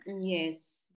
Yes